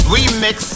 Remix